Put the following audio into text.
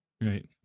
Right